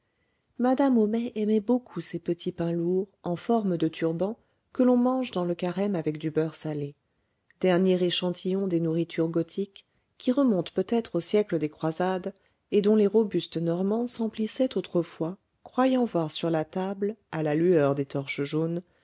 madame homais aimait beaucoup ces petits pains lourds en forme de turban que l'on mange dans le carême avec du beurre salé dernier échantillon des nourritures gothiques qui remonte peut-être au siècle des croisades et dont les robustes normands s'emplissaient autrefois croyant voir sur la table à la lueur des torches jaunes